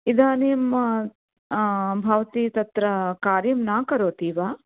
इदानीं भवती तत्र कार्यं न करोति वा